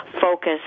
focus